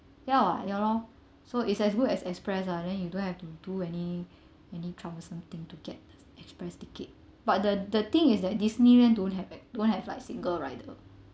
ya [what] ya lor so it's as good as express lah then you don't have to do any any troublesome thing to get express ticket but the the thing is that Disneyland don't have that don't have like single rider